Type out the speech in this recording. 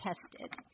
tested